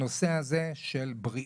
הנושא הזה של בריאות.